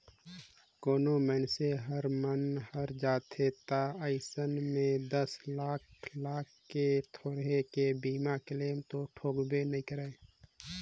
कोनो मइनसे हर मन हर जाथे त अइसन में दस लाख लाख ले थोरहें के बीमा क्लेम तो ठोकबे नई करे